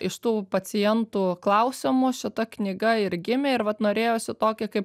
iš tų pacientų klausimų šita knyga ir gimė ir vat norėjosi tokį kaip